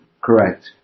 Correct